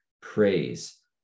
praise